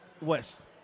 west